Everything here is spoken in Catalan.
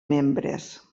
membres